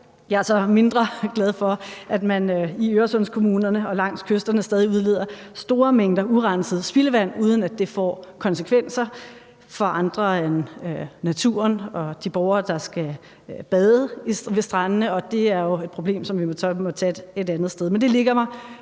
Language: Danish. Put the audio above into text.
Jeg er så mindre glad for, at man i Øresundskommunerne og langs kysterne stadig udleder store mængder urenset spildevand, uden at det får konsekvenser for andre end naturen og de borgere, der skal bade ved strandene, og det er jo et problem, som vi så må tage et andet sted.